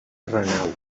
renau